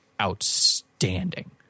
outstanding